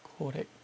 correct